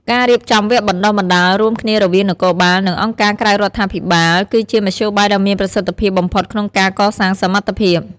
ការរៀបចំវគ្គបណ្ដុះបណ្ដាលរួមគ្នារវាងនគរបាល និងអង្គការក្រៅរដ្ឋាភិបាល គឺជាមធ្យោបាយដ៏មានប្រសិទ្ធភាពបំផុតក្នុងការកសាងសមត្ថភាព។